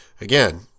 again